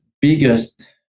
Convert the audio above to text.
biggest